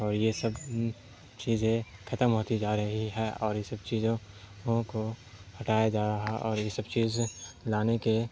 اور یہ سب چیزیں ختم ہوتی جا رہی ہے اور یہ سب چیزوں کو ہٹایا جا رہا اور یہ سب چیز لانے کے